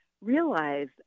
realize